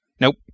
Nope